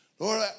Lord